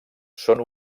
són